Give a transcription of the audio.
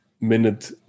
minute